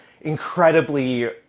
incredibly